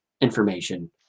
information